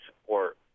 support